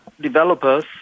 developers